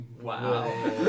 Wow